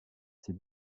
ses